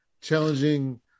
challenging